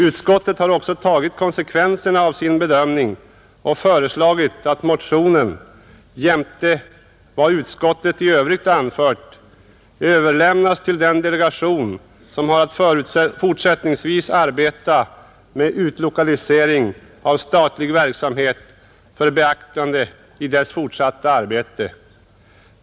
Utskottet har också tagit konsekvenserna av sin bedömning och föreslagit att motionen, jämte vad utskottet i övrigt anfört, överlämnas till den delegation som har att fortsättningsvis arbeta med utlokalisering av statlig verksamhet för beaktande i dess arbete.